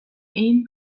این